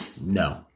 no